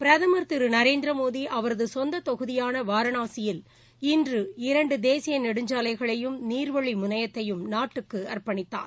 பிரதமர் திரு நர்நதிரமோடி அவரது சொந்த தொகுதியான வாரணாசியில் இரண்டு தேசிய நெடுஞ்சாலைகளையும் நீர்வழி முனையத்தையும் இன்று நாட்டுக்கு அர்ப்பணித்தார்